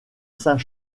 saint